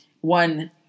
one